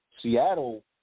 Seattle